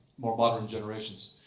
more modern generations.